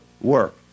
work